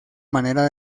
manera